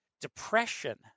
depression